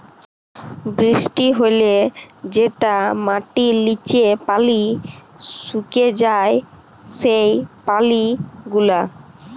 বৃষ্টি হ্যলে যেটা মাটির লিচে পালি সুকে যায় সেই পালি গুলা